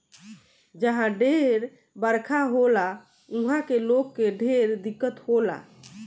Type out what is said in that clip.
जहा ढेर बरखा होला उहा के लोग के ढेर दिक्कत होला